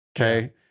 Okay